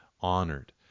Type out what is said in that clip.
honored